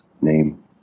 name